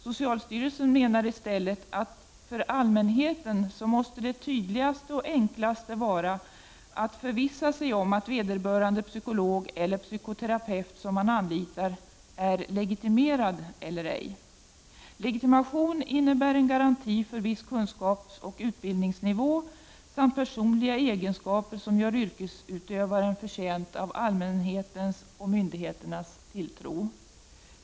Socialsty relsen menar i stället att för allmänheten måste det tydligaste och enklaste vara att förvissa sig om att vederbörande psykolog eller psykoterapeut som man anlitar är legitimerad. Legitimation innebär garanti för viss kunskapsoch utbildningsnivå samt personliga egenskaper som gör yrkesutövare förtjänt av allmänhetens och myndigheternas tilltro.